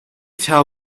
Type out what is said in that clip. tell